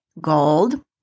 gold